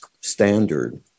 standard